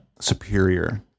superior